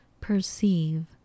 perceive